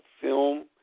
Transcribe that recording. film